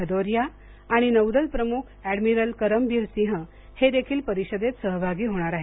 भदोरिया आणि नौदल प्रमुख अँडमिरल करमबिर सिंह हे देखील परिषदेत सहभागी होणार आहेत